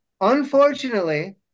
unfortunately